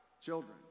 children